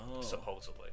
Supposedly